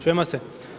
Čujemo se.